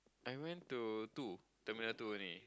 I went to two Terminal two only